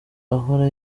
ahora